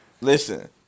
Listen